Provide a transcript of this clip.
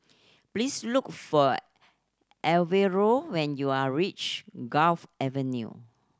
please look for Alvaro when you are reach Gulf Avenue